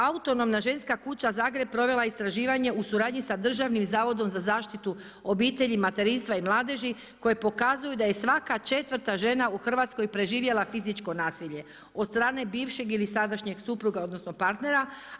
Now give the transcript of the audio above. Autonomna ženska kuća Zagreb provela je istraživanje u suradnji sa Državnim zavodom za zaštitu obitelji, materinstva i mladeži koje pokazuju da je svaka četvrta žena u Hrvatskoj preživjela fizičko nasilje od strane bivšeg ili sadašnjeg supruga, odnosno partnera.